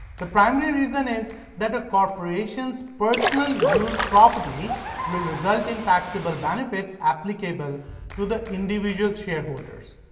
the primary reason is that a corporation's personal use property will result in taxable benefits applicable to the individual shareholder s.